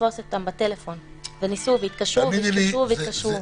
לתפוס אותם בטלפון וניסו והתקשרו והתקשרו והתקשרו?